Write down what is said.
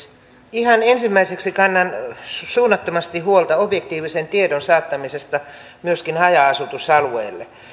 ihan ensimmäiseksi kannan suunnattomasti huolta objektiivisen tiedon saattamisesta myöskin haja asutusalueille